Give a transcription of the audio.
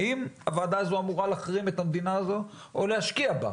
האם הוועדה הזו אמורה להחרים את המדינה הזו או להשקיע בה,